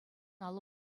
алӑ